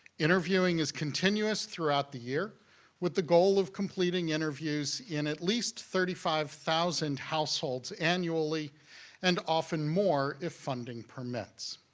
interviewing is continuous throughout the year with the goal of completing interviews in at least thirty five thousand households annually and often more if funding permits.